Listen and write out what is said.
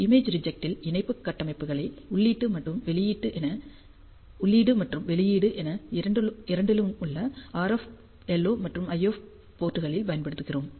image reject இல் இணைப்பு கட்டமைப்புகளை உள்ளீடு மற்றும் வெளியீடு என இரண்டிலுமுள்ள RF LO மற்றும் IF போர்ட்களில் பயன்படுத்துகிறோம்